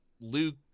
Luke